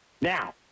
Now